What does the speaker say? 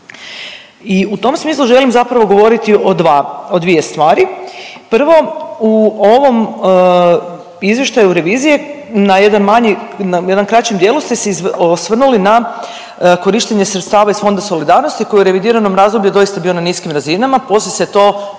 I u tom smislu želim zapravo govoriti o dva, o dvije stvari. Prvo u ovom izvještaju revizije na jedan manji, u jednom kraćem dijelu ste se osvrnuli na korištenje sredstava iz Fonda solidarnosti koji je u revidiranom razdoblju doista bio na niskim razinama poslije se to,